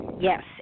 yes